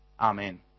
Amen